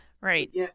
Right